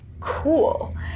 cool